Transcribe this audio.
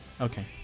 Okay